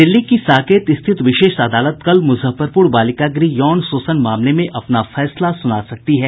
दिल्ली की साकेत स्थित विशेष अदालत कल मुजफ्फरपुर बालिका गृह यौन शोषण मामले में अपना फैसला सुना सकती है